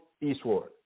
Eastward